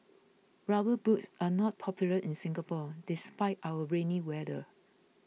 rubber boots are not popular in Singapore despite our rainy weather